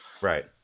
Right